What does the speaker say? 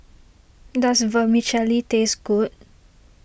does Vermicelli taste good